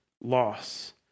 loss